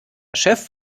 chef